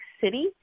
city